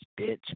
bitch